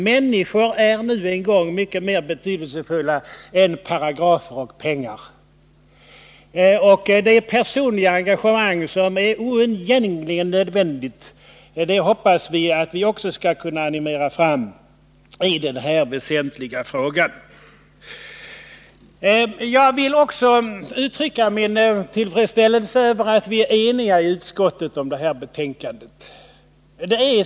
Människor är nu en gång mycket mer betydelsefulla än pengar och paragrafer. Det personliga engagemang som är oundgängligen nödvändigt hoppas vi också skall kunna animeras fram i den här väsentliga frågan. Det är med tillfredsställelse jag konstaterar att vi är eniga i utskottet om betänkandet.